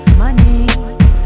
money